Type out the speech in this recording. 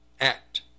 act